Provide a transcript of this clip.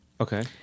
Okay